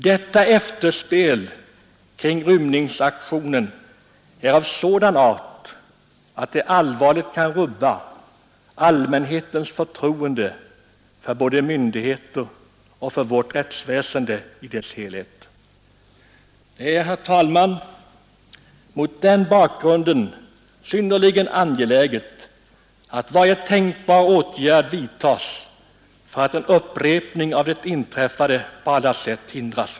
Detta efterspel till rymningsaktionen är av sådan art att det allvarligt kan rubba allmänhetens förtroende både för myndigheter och för vårt rättsväsende i dess helhet. Herr talman! Det är mot den bakgrunden synnerligen angeläget att varje tänkbar åtgärd vidtas för att upprepning av det inträffade på alla sätt hindras.